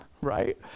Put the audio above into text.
right